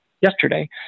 yesterday